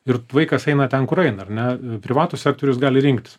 ir vaikas eina ten kur eina ar ne privatūs sektorius gali rinktis